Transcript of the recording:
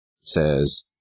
says